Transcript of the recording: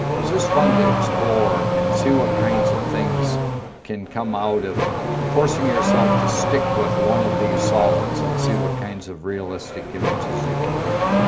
it's just fun to explore and see what kinds of things can come out of forcing yourself to stick with one of these solids, and see what kinds of realistic images you can get.